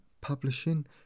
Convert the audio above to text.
publishing